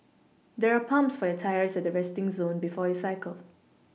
there are pumps for your tyres at the resting zone before you cycle